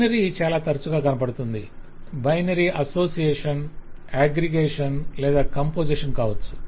binary చాలా తరచుగా కనపడుతుంది బైనరీ అసోసియేషన్ అగ్రిగేషన్ లేదా కంపొజిషన్ కావచ్చు